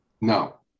No